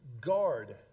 guard